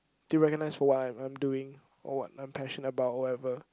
be recognised for what I'm I'm doing or what I'm passionate about or whatever